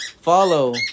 follow